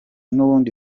n’ubundi